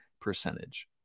percentage